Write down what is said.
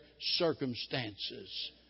circumstances